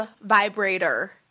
vibrator